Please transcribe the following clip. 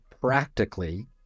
practically